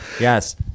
Yes